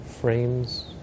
frames